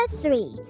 three